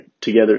together